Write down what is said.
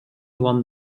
one